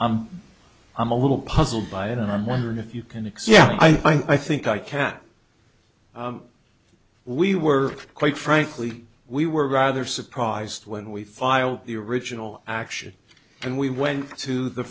so i'm a little puzzled by it and i'm wondering if you can explain i think i can we were quite frankly we were rather surprised when we filed the original action and we went to the